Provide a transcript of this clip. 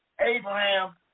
Abraham